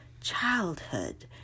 childhood